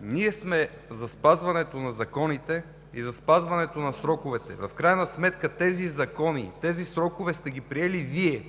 Ние сме за спазването на законите и за спазването на сроковете. В крайна сметка тези закони, тези срокове сте ги приели Вие.